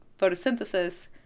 photosynthesis